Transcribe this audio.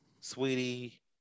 sweetie